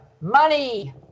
money